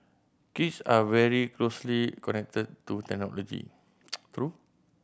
kids are very closely connected to technology